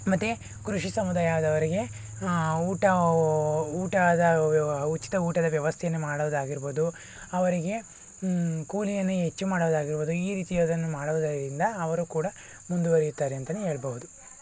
ಮತ್ತೆ ಕೃಷಿ ಸಮುದಾಯ ಆದವರಿಗೆ ಊಟ ಊಟದ ಉಚಿತ ಊಟದ ವ್ಯವಸ್ಥೆಯನ್ನು ಮಾಡೋದಾಗಿರ್ಬೋದು ಅವರಿಗೆ ಕೂಲಿಯಲ್ಲಿ ಹೆಚ್ಚು ಮಾಡೋದಾಗಿರ್ಬೋದು ಈ ರೀತಿ ಅದನ್ನು ಮಾಡೋದರಿಂದ ಅವರು ಕೂಡ ಮುಂದುವರೆಯುತ್ತಾರೆ ಅಂತಲೇ ಹೇಳ್ಬಹುದು